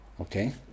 Okay